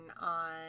on